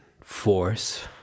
force